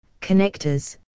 connectors